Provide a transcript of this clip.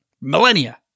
millennia